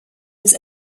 was